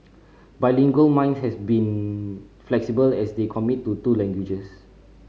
bilingual minds has been flexible as they commit to two languages